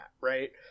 Right